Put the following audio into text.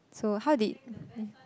so how did